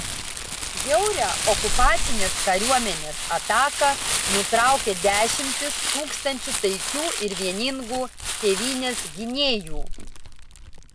žiaurią okupacinės kariuomenės ataką nutraukė dešimtys tūkstančių taikių ir vieningų tėvynės gynėjų